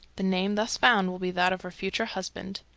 the name thus found will be that of her future husband.